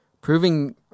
proving